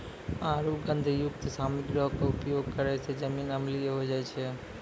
आरु गंधकयुक्त सामग्रीयो के उपयोग करै से जमीन अम्लीय होय जाय छै